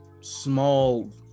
small